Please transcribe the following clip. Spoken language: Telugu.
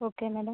okay madam